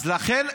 אז לכן,